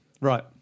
Right